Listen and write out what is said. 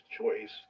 choice